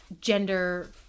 gender